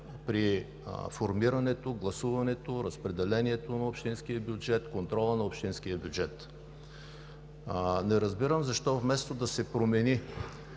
при формирането, гласуването, разпределението на общинския бюджет, контрола на общинския бюджет. Не разбирам защо вместо да се промени